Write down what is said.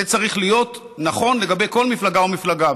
זה צריך להיות נכון לגבי כל מפלגה ומפלגה,